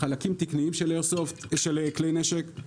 אלה חלקים תקניים של כלי נשק.